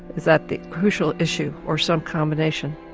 is that the crucial issue, or some combination?